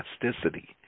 plasticity